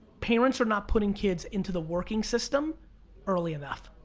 parents are not putting kids into the working system early enough.